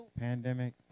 Pandemic